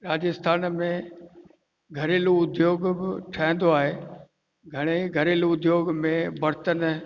राजस्थान में घरेलू उद्योग ब ठहंदो आहे घणेई घरेलू उद्योग में बरतन